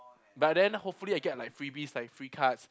but then hopefully I get like freebies like free cards